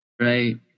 Right